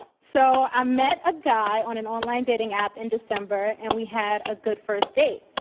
so i met a guy on an online dating app in december, and we had a good first date.